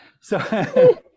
So-